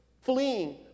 fleeing